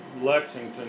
Lexington